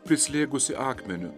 prislėgusi akmeniu